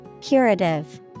Curative